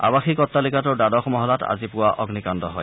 আৱাসিক অট্টালিকাটোৰ দ্বাদশ মহলাত আজি পুৱা অগ্নিকাণ্ড হয়